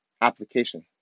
application